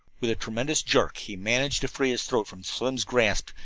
with a tremendous jerk he managed to free his throat from slim's grasp.